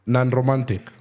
Non-romantic